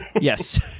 yes